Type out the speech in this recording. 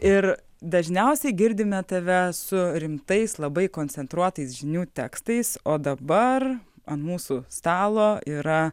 ir dažniausiai girdime tave su rimtais labai koncentruotais žinių tekstais o dabar ant mūsų stalo yra